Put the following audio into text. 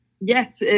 Yes